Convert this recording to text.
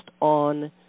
on